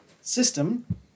system